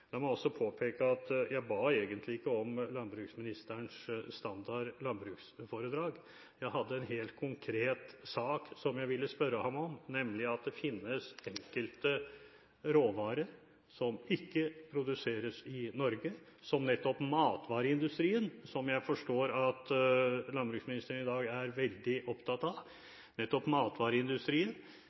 La meg også påpeke at jeg egentlig ikke ba om landbruksministerens standard landbruksforedrag. Jeg hadde en helt konkret sak som jeg ville spørre ham om – nemlig at det finnes enkelte råvarer som ikke produseres i Norge, som nettopp matvareindustrien – som jeg forstår at landbruksministeren i dag er veldig opptatt av